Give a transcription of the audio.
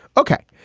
ok.